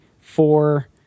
four